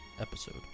episode